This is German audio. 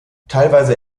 teilweise